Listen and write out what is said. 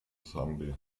sambia